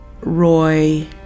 Roy